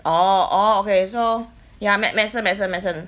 orh orh okay so ya med~ medicine medicine medicine